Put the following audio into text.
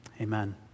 Amen